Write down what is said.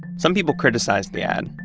some people criticized the ad,